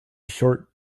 short